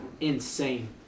insane